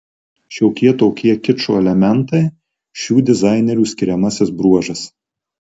šiokie tokie kičo elementai šių dizainerių skiriamasis bruožas